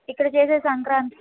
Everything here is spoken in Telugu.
ఇక్కడ చేసే సంక్రాంతి